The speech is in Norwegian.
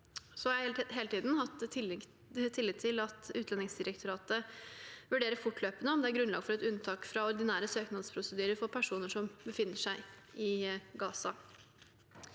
Jeg har hele tiden hatt tillit til at Utlendingsdirektoratet vurderer fortløpende om det er grunnlag for et unntak fra ordinære søknadsprosedyrer for personer som befinner seg i Gaza.